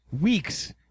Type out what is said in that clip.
weeks